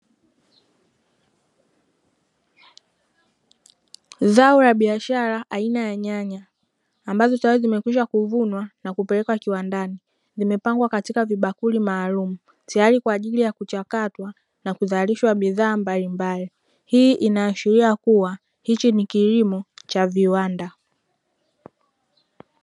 Zao la biashara aina ya nyanya ambazo tayari zimekwisha kuvunwa na kupelekwa kiwandani zimepangwa katika vibakuli maalum tayari kwa ajili ya kuchakatwa na kuzalishwa bidhaa mbalimbali, hii inaashiria kuwa hichi ni kilimo cha viwanda.